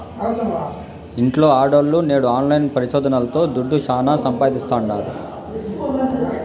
ఇంట్ల ఆడోల్లు నేడు ఆన్లైన్ పరిశోదనల్తో దుడ్డు శానా సంపాయిస్తాండారు